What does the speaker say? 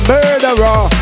Murderer